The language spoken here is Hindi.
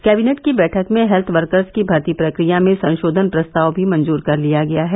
कैबिनेट की बैठक में हेल्थ वर्कर्स की भर्ती प्रक्रिया में संषोधन प्रस्ताव भी मंजूर कर लिया गया है